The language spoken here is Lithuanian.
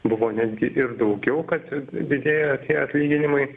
buvo netgi ir daugiau kad didėja atlyginimai